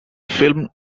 film